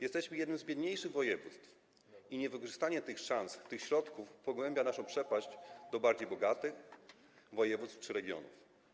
Jesteśmy jednym z biedniejszych województw i niewykorzystywanie tych szans, tych środków pogłębia naszą przepaść w stosunku do bardziej bogatych województw czy regionów.